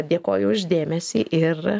dėkoju už dėmesį ir